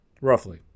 roughly